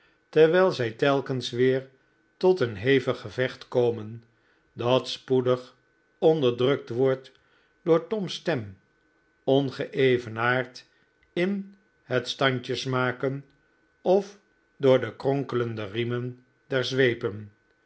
terwijl zij telkens weer tot een hevig gevecht komen dat spoedig onderdrakt wordt door toms stem ongeevenaard in het standjes maken of door de kronkelende riemen der zweepen